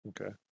Okay